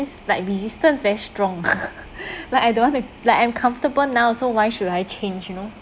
like resistance very strong like I don't want to like I'm comfortable now so why should I change you know